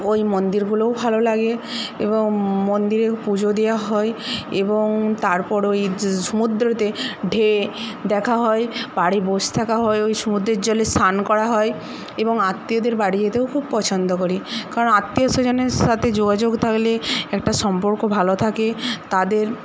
ওই মন্দিরগুলোও ভালো লাগে এবং মন্দিরে পুজো দেওয়া হয় এবং তারপর ওই সমুদ্রতে ঢে দেখা হয় পাড়ে বসে থাকা হয় ওই সমুদ্রের জলে স্নান করা হয় এবং আত্মীয়দের বাড়ি যেতেও খুব পছন্দ করি কারণ আত্মীয় স্বজনের সাথে যোগাযোগ থাকলে একটা সম্পর্ক ভালো থাকে তাদের